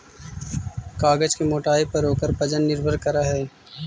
कागज के मोटाई पर ओकर वजन निर्भर करऽ हई